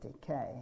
decay